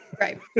right